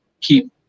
keep